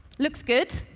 looks good.